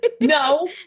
no